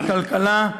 הכלכלה,